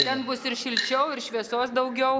ten bus ir šilčiau ir šviesos daugiau